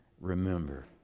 remember